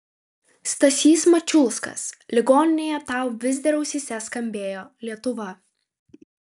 stasys mačiulskas ligoninėje tau vis dar ausyse skambėjo lietuva